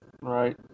Right